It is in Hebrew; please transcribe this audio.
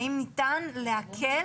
האם ניתן להקל